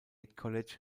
college